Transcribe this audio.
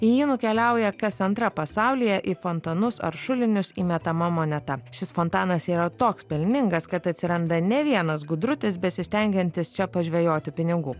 į jį nukeliauja kas antra pasaulyje į fontanus ar šulinius įmetama moneta šis fontanas yra toks pelningas kad atsiranda ne vienas gudrutis besistengiantis čia pažvejoti pinigų